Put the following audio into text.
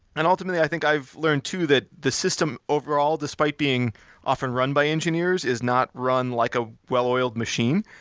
and ultimately, i think i've learned too that the system overall despite being often run by engineers is not run like a well-oiled machine.